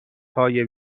های